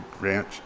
ranch